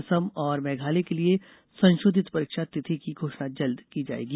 असम और मेघालय के लिए संशोधित परीक्षा तिथि की घोषणा जल्द की जाएगी